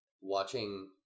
watching